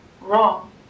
Wrong